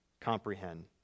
comprehend